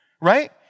right